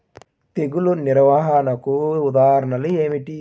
తెగులు నిర్వహణకు ఉదాహరణలు ఏమిటి?